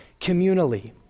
communally